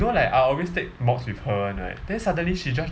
know like I always take mods with her [one] right then suddenly she just